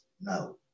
no